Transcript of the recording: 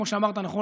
כמו שאמרת נכון,